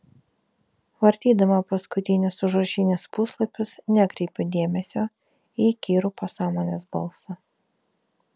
vartydama paskutinius užrašinės puslapius nekreipiu dėmesio į įkyrų pasąmonės balsą